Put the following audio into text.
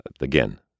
Again